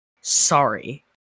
sorry